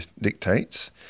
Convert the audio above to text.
dictates